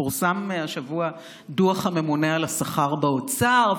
פורסם השבוע דוח הממונה על השכר באוצר,